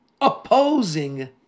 opposing